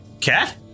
cat